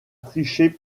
tricher